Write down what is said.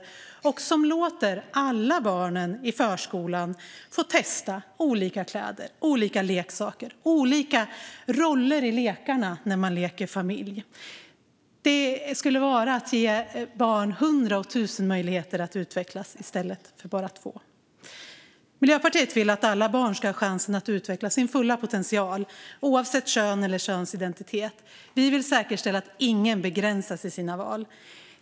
Den innebär att vi låter alla barn i förskolan testa olika kläder, olika leksaker och olika roller när man leker familj. Det skulle vara att ge barn hundra och tusen möjligheter att utvecklas i stället för bara två. Miljöpartiet vill att alla barn ska ha chansen att utveckla sin fulla potential, oavsett kön eller könsidentitet. Vi vill säkerställa att ingen begränsas i sina val.